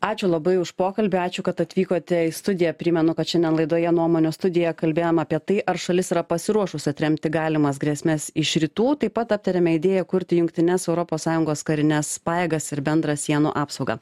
ačiū labai už pokalbį ačiū kad atvykote į studiją primenu kad šiandien laidoje nuomonių studija kalbėjom apie tai ar šalis yra pasiruošus atremti galimas grėsmes iš rytų taip pat aptarėme idėją kurti jungtines europos sąjungos karines pajėgas ir bendrą sienų apsaugą